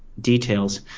details